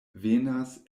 venas